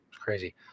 Crazy